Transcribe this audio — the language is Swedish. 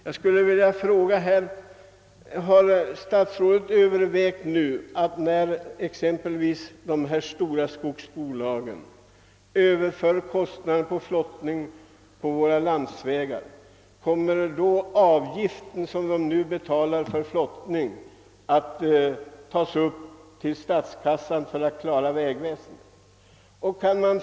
Jag skulle vilja fråga om statsrådet har övervägt hur man skall göra, när exempelvis de stora skogsbolagen övergår från flottning till landsvägstransporter. Kommer då de avgifter som bolagen nu betalar för flottningen att tagas upp av staten för att komma vägväsendet till godo?